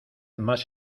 más